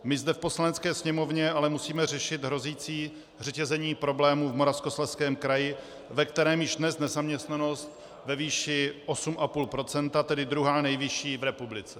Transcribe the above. My zde v Poslanecké sněmovně ale musíme řešit hrozící řetězení problémů v Moravskoslezském kraji, ve kterém je již dnes nezaměstnanost ve výši 8,5 %, tedy druhá nejvyšší v republice.